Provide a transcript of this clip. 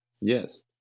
Yes